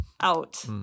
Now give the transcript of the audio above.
out